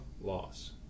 loss